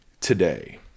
today